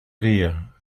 rire